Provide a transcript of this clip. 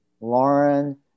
Lauren